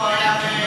כשהוא היה,